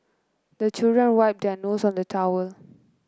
the children wipe their nose on the towel